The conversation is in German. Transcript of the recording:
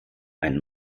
ein